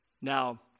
Now